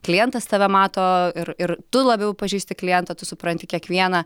klientas tave mato ir ir tu labiau pažįsti klientą tu supranti kiekvieną